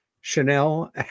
Chanel